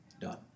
done